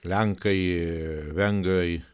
lenkai vengrai